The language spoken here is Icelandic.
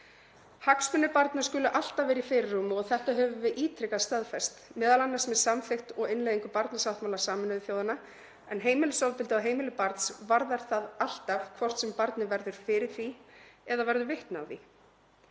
Hagsmunir barna skulu alltaf vera í fyrirrúmi og þetta höfum við ítrekað staðfest, m.a. með samþykkt og innleiðingu barnasáttmála Sameinuðu þjóðanna, en heimilisofbeldi á heimili barns varðar það alltaf, hvort sem barnið verður fyrir því eða verður vitni að því.